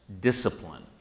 discipline